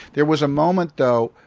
there was a moment, though,